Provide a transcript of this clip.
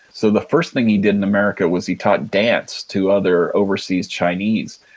so, the first thing he did in america was he taught dance to other overseas chinese.